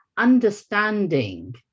Understanding